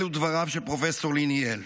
אלו דבריו של פרופ' ליניאל.